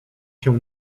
się